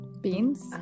beans